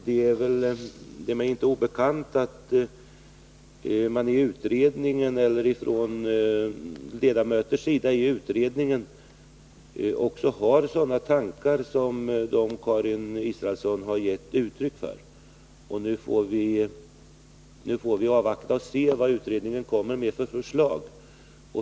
Det är 161 mig inte obekant att ledamöter i den utredningen också har sådana tankar som dem Karin Israelsson har gett uttryck för. Nu får vi som sagt avvakta och se vilka förslag utredningen lägger fram.